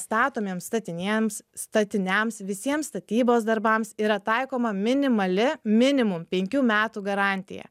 statomiems statiniems statiniams visiems statybos darbams yra taikoma minimali minimum penkių metų garantija